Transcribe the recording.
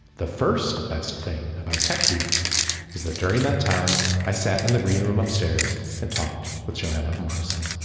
the first best thing about tech week was that during that time i sat in the green room upstairs and talked with johanna morrison,